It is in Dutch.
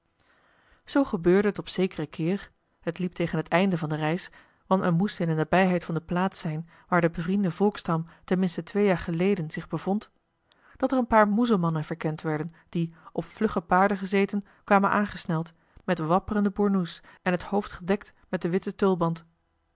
zoo gebeurde het op zekeren keer het liep tegen het einde van de reis want men moest in de nabijheid van de plaats zijn waar de bevriende volksstam ten minste twee jaar geleden zich bevond dat er een paar muzelmannen verkend werden die op vlugge paarden gezeten kwamen aangesneld met wapperende bournoe's en het hoofd gedekt met den witten tulband